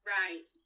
right